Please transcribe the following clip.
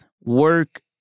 work